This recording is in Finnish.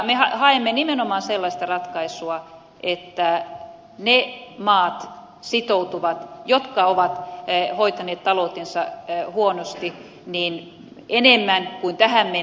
me haemme nimenomaan sellaista ratkaisua että ne maat jotka ovat hoitaneet taloutensa huonosti sitoutuvat enemmän kuin tähän mennessä